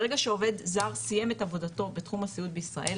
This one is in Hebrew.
ברגע שעובד זר סיים את עבודתו בתחום הסיעוד בישראל